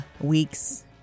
weeks